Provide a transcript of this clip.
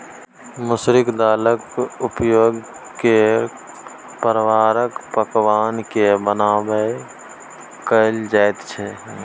मसुरिक दालिक उपयोग कैक प्रकारक पकवान कए बनेबामे कएल जाइत छै